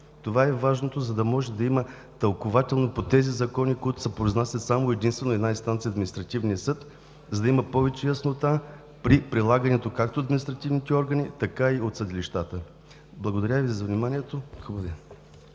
Това е важното, за да може да има тълкувателно по тези закони, които се произнасят само и единствено на една инстанция в административния съд, за да има повече яснота при прилагането както от административните органи, така и от съдилищата. Ако има въпроси, съм готов